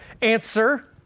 Answer